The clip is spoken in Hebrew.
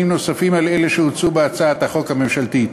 נוספים על אלה שהוצעו בהצעת החוק הממשלתית.